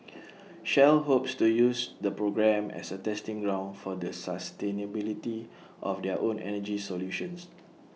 shell hopes to use the program as A testing ground for the sustainability of their own energy solutions